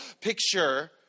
picture